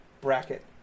bracket